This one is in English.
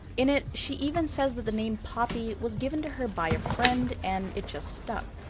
in it, she even says that the name poppy was given to her by a friend and it just stuck.